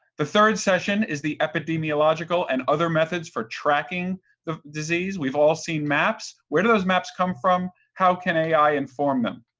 the third session is the epidemiological and other methods for tracking the disease. we've all seen maps. where do those maps come from? how can ai inform them?